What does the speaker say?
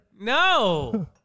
No